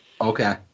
Okay